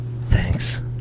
Thanks